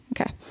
Okay